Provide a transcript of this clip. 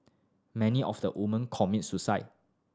many of the women commit suicide